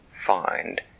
find